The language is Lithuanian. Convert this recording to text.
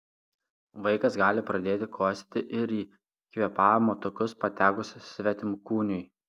vaikas gali pradėti kosėti ir į kvėpavimo takus patekus svetimkūniui